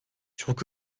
çok